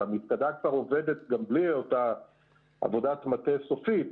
והמפקדה כבר עובדת גם בלי אותה עבודת מטה סופית.